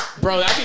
Bro